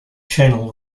channel